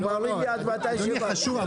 הוא מרים יד כאשר הוא רוצה.